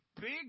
big